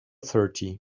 thirty